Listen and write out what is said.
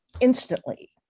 instantly